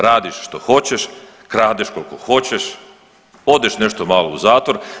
Radiš što hoćeš, kradeš koliko hoćeš, odeš nešto malo u zatvor.